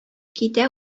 китә